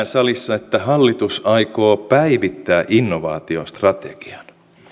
salissa että hallitus aikoo päivittää innovaatiostrategian